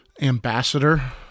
Ambassador